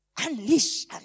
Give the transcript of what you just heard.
Unleash